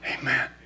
Amen